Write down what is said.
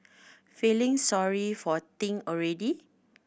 feeling sorry for Ting already